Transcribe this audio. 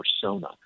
persona